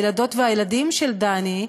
הילדות והילדים של דני,